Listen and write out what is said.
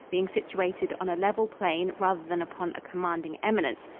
being situated on a level plain rather than upon a commanding eminence,